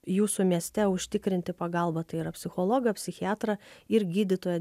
jūsų mieste užtikrinti pagalbą tai yra psichologą psichiatrą ir gydytoją